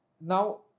Now